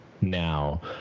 now